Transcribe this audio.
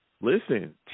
Listen